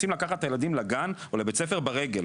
רוצים לקחת את הילדים לגן או לבית הספר ברגל.